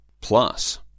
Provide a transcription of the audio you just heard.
Plus